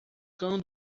cão